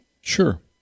Sure